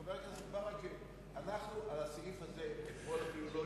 חבר הכנסת ברכה, אנחנו על הסעיף הזה לא הצבענו.